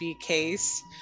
case